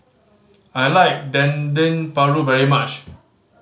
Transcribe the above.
I like Dendeng Paru very much